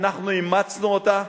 ואנחנו אימצנו אותה,